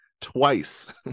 twice